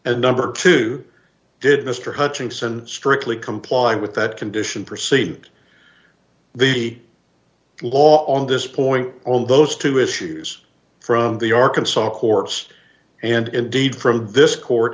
and number two did mr hutchinson strictly comply with that condition perceived the law on this point only those two issues from the arkansas courts and indeed from this court